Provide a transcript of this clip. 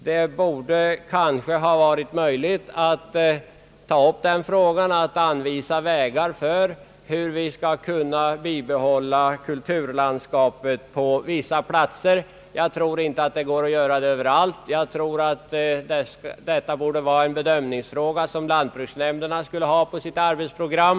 Det kanske hade varit möjligt att i detta sammanhang anvisa vägar för hur vi på vissa platser skulle kunna bibehålla kulturlandskapet. Jag tror inte att man kan göra det överallt, utan att det är en bedömningsfråga som lantbruksnämnderna borde ha på sitt arbetsprogram.